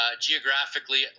Geographically